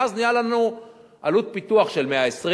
ואז נהיית לנו עלות פיתוח של 120,000,